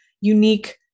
unique